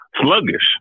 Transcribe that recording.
sluggish